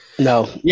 No